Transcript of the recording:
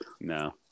No